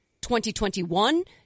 2021